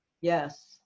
Yes